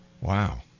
Wow